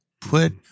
put